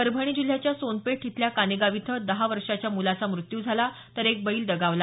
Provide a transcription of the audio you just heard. परभणी जिल्ह्याच्या सोनपेठ इथल्या कानेगाव इथं दहा वर्षाच्या मुलाचा वीज पडून मृत्यू झाला तर एक बैल दगावला